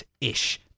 ish